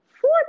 four